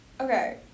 okay